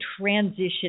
transition